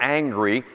angry